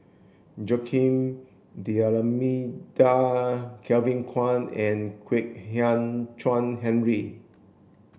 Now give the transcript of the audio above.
Joaquim D'almeida Kevin Kwan and Kwek Hian Chuan Henry